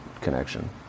connection